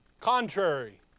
Contrary